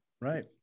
Right